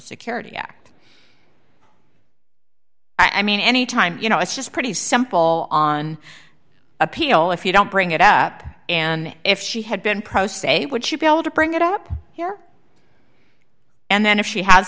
security act i mean any time you know it's just pretty simple on appeal if you don't bring it up and if she had been pro se would she be able to bring it up here and then if she has